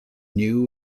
knew